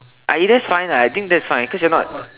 I eh that's fine lah I think that's fine cause you're not